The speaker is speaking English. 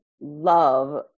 love